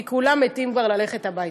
כי כולם מתים כבר ללכת הביתה.